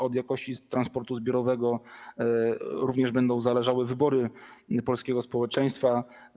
Od jakości transportu zbiorowego również będą zależały wybory polskiego społeczeństwa.